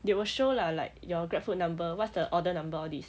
they will show lah like your grab food number what's the order number all these